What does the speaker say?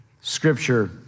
scripture